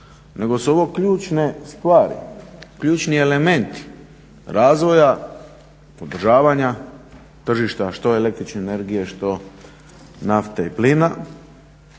nego su ovo ključne stvari, ključni elementi razvoja, održavanja tržišta što električne energije što nafte i plina.